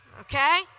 Okay